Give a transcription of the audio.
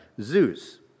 Zeus